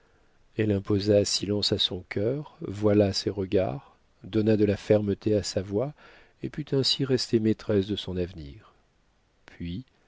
elle imposa silence à son cœur voila ses regards donna de la fermeté à sa voix et put ainsi rester maîtresse de son avenir puis